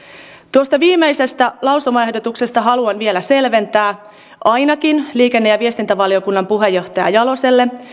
tuota viimeistä lausumaehdotusta haluan vielä selventää ainakin liikenne ja viestintävaliokunnan puheenjohtaja jaloselle